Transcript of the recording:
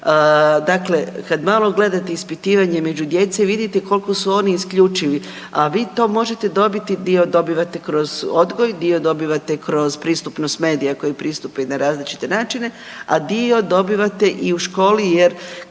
Dakle, kad malo gledate ispitivanje među djecom i vidite koliko su oni isključivi, a vi to možete dobiti dio dobivate kroz odgoj, dio dobivate kroz pristupnost medija koji pristupaju na različite načine, a dio dobivate i u školi jer